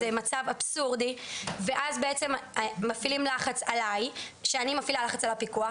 זה מצב אבסורדי ואז מפעילים לחץ עלי שאני מפעילה לחץ על הפיקוח